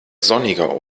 sonniger